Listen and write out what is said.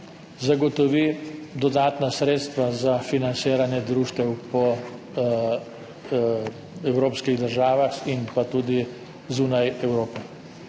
zagotovi dodatna sredstva za financiranje društev po evropskih državah in pa tudi zunaj Evrope.